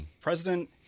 President